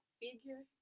figure